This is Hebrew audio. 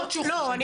אבל --- לא.